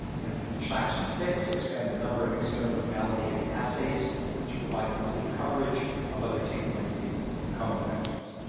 and potential action six, expand the number of externally validated assays to provide complete coverage of other tick-borne diseases and co-infections.